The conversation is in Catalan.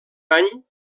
any